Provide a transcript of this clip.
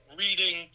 reading